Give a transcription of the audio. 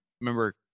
remember